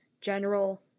general